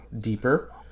deeper